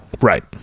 Right